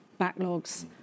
backlogs